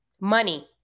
Money